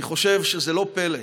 אני חושב שזה לא פלא,